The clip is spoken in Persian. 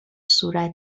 صورت